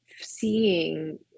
seeing